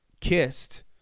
kissed